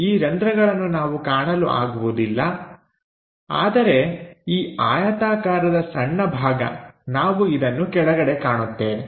ಈ ರಂಧ್ರಗಳನ್ನು ನಾವು ಕಾಣಲು ಆಗುವುದಿಲ್ಲ ಆದರೆ ಈ ಆಯತಾಕಾರದ ಸಣ್ಣ ಭಾಗ ನಾವು ಇದನ್ನು ಕೆಳಗಡೆ ಕಾಣುತ್ತೇವೆ